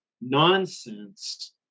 nonsense